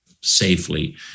safely